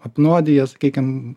apnuodiję sakykim